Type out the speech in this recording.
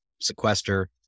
sequester